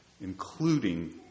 including